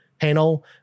panel